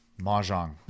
mahjong